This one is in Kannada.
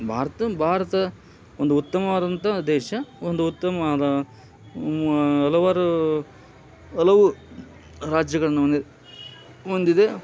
ಭಾರತ ಭಾರತ ಒಂದು ಉತ್ತಮವಾದಂಥ ದೇಶ ಒಂದು ಉತ್ತಮವಾದ ಹಲವಾರು ಹಲವು ರಾಜ್ಯಗಳನ್ನು ಹೊಂದಿದೆ